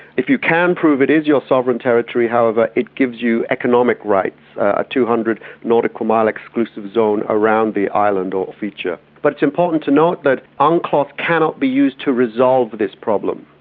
if you can prove it is your sovereign territory, however, it gives you economic rights a two hundred nautical mile exclusive zone around the island or feature. but it's important to note that unclos cannot be used to resolve this problem.